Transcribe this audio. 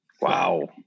Wow